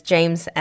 James